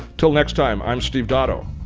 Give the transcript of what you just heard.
till next time, i am steve dotto.